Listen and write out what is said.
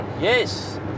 yes